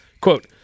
Quote